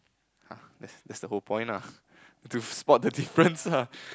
ah there there's the whole point lah to spot the difference lah